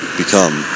become